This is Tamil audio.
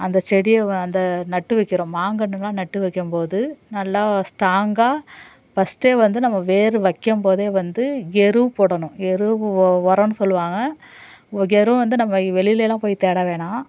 அந்த செடியை அந்த நட்டு வைக்கிற மாங்கன்றுலாம் நட்டு வைக்கும்போது நல்லா ஸ்ட்ராங்காக ஃபர்ஸ்ட்டே வந்து நம்ம வேர் வைக்கும்போதே வந்து எருவு போடணும் எருவு ஓ உரோன்னு சொல்லுவாங்க ஓ எருவு வந்து நம்மை வெளியில்லாம் போய் தேட வேணாம்